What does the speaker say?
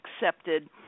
accepted